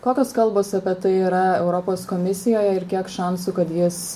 kokios kalbos apie tai yra europos komisijoje ir kiek šansų kad jis